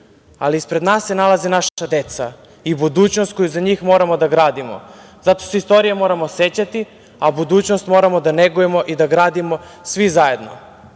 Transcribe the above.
ali ispred nas se nalaze naša deca i budućnost koju za njih moramo da gradimo, zato se istorije moramo sećati, a budućnost moramo da negujemo i da gradimo svi zajedno. Srbija